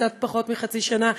קצת פחות מחצי שנה,